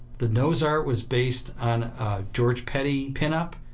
the nose art was based on a george petty pin-up,